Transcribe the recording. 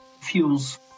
fuels